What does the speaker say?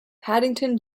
paddington